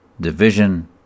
division